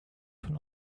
von